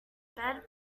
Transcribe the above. beds